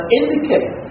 indicate